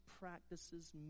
practices